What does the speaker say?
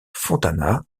fontana